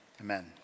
amen